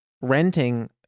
renting